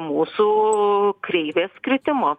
mūsų kreivės kritimo